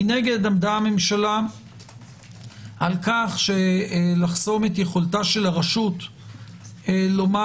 מנגד עמדה הממשלה על כך שלחסום את יכולת הרשות לומר